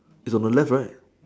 is on the left right